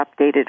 updated